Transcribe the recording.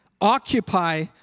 Occupy